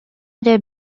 эрэ